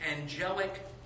angelic